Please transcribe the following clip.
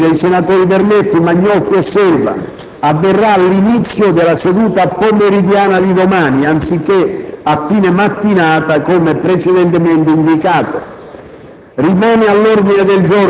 Il voto sulle dimissioni dei senatori Vernetti, Magnolfi e Selva avverrà all'inizio della seduta pomeridiana di domani, anziché a fine mattinata come precedentemente indicato.